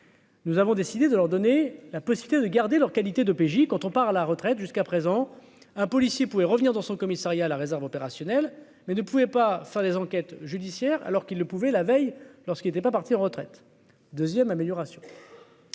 Nous avons décidé de leur donner la possibilité de garder leur qualité de PJ quand on part à la retraite, jusqu'à présent un policier pouvait revenir dans son commissariat, la réserve opérationnelle mais ne pouvait pas faire des enquêtes judiciaires alors qu'il ne pouvait la veille lorsqu'il n'était pas partir en retraite 2ème amélioration